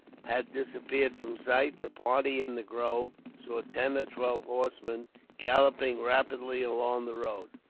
had disappeared from sight, the party in the grove saw ten or twelve horsemen galloping rapidly along the road.